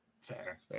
Fair